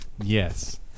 Yes